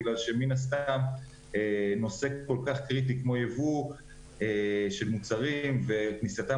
בגלל שמן הסתם נושא כל כך קריטי כמו יבוא של מוצרים וכניסתם